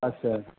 আচ্ছা